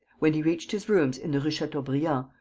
when he reached his rooms in the rue chateaubriand,